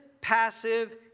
passive